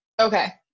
Okay